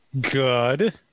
Good